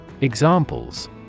Examples